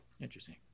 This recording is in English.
interesting